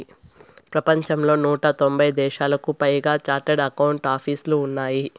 ప్రపంచంలో నూట తొంభై దేశాలకు పైగా చార్టెడ్ అకౌంట్ ఆపీసులు ఉన్నాయి